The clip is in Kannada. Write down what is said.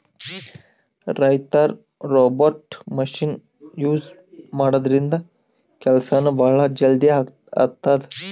ರೈತರ್ ರೋಬೋಟ್ ಮಷಿನ್ ಯೂಸ್ ಮಾಡದ್ರಿನ್ದ ಕೆಲ್ಸನೂ ಭಾಳ್ ಜಲ್ದಿ ಆತದ್